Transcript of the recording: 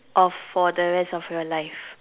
of for the rest of your life